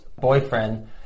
boyfriend